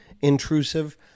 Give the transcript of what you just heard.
intrusive